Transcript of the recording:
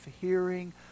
hearing